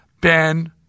Ben